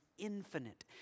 infinite